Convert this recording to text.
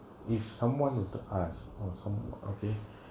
if someone with the us oh some okay